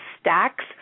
stacks